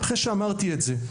אחרי שאמרתי את זה,